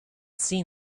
seen